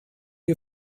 you